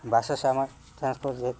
bus আছে আমাৰ transport যে